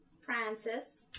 Francis